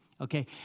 okay